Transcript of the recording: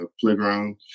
playground